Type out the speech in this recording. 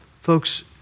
Folks